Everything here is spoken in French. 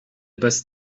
basses